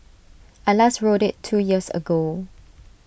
I last rode IT two years ago